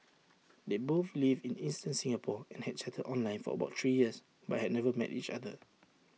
they both lived in eastern Singapore and had chatted online for about three years but had never met each other